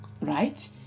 right